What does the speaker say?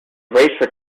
race